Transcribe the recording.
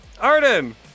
Arden